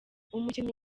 umukinnyi